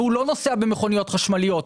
והוא לא נוסע במכוניות חשמליות,